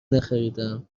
نخریدهام